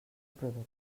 producte